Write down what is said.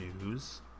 news